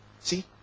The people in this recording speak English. See